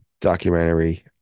documentary